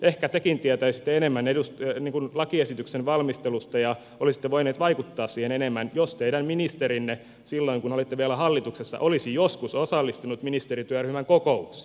ehkä tekin tietäisitte enemmän lakiesityksen valmistelusta ja olisitte voinut vaikuttaa siihen enemmän jos teidän ministerinne silloin kun olitte vielä hallituksessa olisi joskus osallistunut ministerityöryhmän kokouksiin